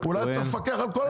אולי צריך לפקח על כל המחירים.